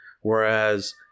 Whereas